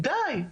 די,